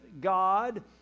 God